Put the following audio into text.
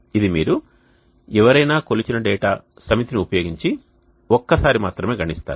ఇది మీరు ఎవరైనా కొలిచిన డేటా సమితిని ఉపయోగించి ఒకసారి మాత్రమే గణిస్తారు